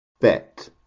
bet